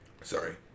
Sorry